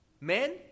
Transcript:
Men